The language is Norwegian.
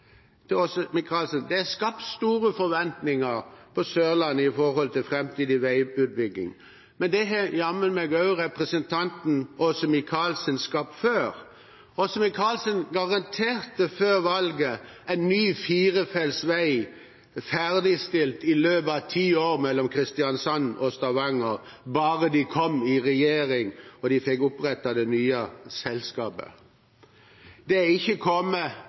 det er skapt store forventninger på Sørlandet til framtidig veiutbygging, men det har også representanten Åse Michaelsen skapt før. Før valget garanterte Michaelsen at en ny firefelts vei skulle bli ferdigstilt mellom Kristiansand og Stavanger i løpet av 10 år, bare de kom i regjering og fikk opprettet det nye selskapet. Det er ikke